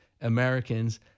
Americans